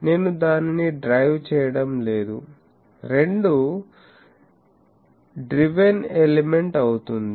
నేను దానిని డ్రైవ్ చేయడం లేదు 2 డ్రివెన్ ఎలిమెంట్ అవుతుంది